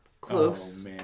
Close